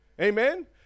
Amen